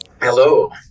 Hello